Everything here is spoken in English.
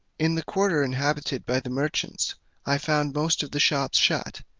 in the quarter inhabited by the merchants i found most of the shops shut,